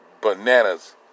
bananas